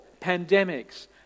pandemics